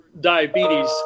diabetes